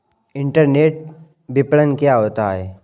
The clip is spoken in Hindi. इंटरनेट विपणन क्या होता है?